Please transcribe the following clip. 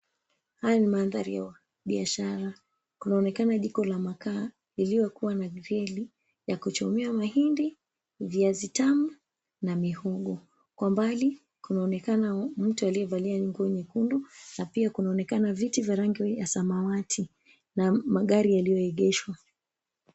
Haya ni mandhari ya biashara kunaonekana jiko la makaa lililokuwa na veli ya kuchomea mahindi, viazi tamu na mihongo kwa mbali kunaonekana mtu aliyevalia nguo nyekundu na pia kunaonekana viti vya rangi ya samawati na magari yaliongeshwa.